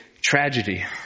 tragedy